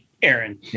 Aaron